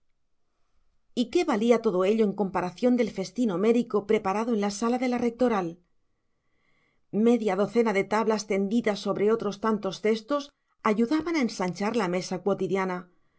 y qué valía todo ello en comparación del festín homérico preparado en la sala de la rectoral media docena de tablas tendidas sobre otros tantos cestos ayudaban a ensanchar la mesa cuotidiana